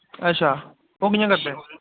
अच्छा ओह् कि'यां करदे